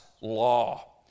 law